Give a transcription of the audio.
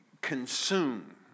consume